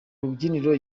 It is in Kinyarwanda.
rubyiniro